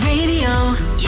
Radio